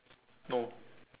no